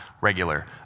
regular